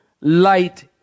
light